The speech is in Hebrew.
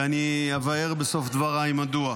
ואני אבהיר בסוף דבריי מדוע.